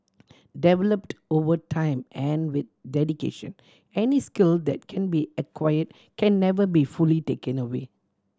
developed over time and with dedication any skill that can be acquired can never be fully taken away